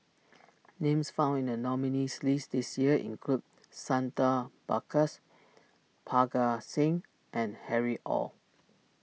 names found in the nominees' list this year include Santha Bhaskar's Parga Singh and Harry Ord